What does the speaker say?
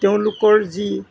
তেওঁলোকৰ যি